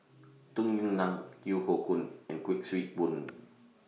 Tung Yue Nang Yeo Hoe Koon and Kuik Swee Boon